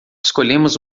escolhemos